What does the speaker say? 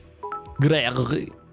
Greg